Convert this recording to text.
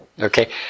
Okay